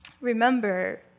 remember